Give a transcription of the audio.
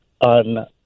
on